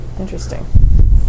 Interesting